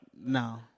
No